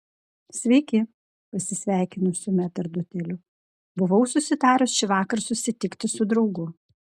sveiki pasisveikinu su metrdoteliu buvau susitarusi šįvakar susitikti su draugu